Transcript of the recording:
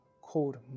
called